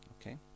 okay